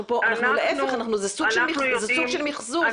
להיפך, זה סוג של מיחזור.